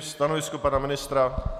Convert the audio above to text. Stanovisko pana ministra?